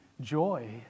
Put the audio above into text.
joy